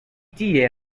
tie